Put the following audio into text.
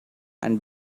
and